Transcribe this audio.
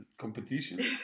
competition